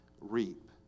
reap